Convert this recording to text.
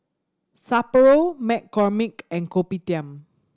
Sapporo McCormick and Kopitiam